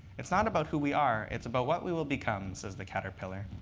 it's not about who we are. it's about what we will become, says the caterpillar.